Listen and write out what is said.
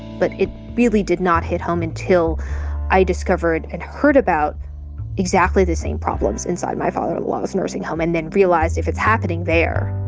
but it really did not hit home until i discovered and heard about exactly the same problems inside my father-in-law's nursing home. and then realized if it's happening there,